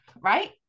Right